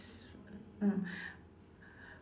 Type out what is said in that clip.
uh